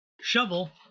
shovel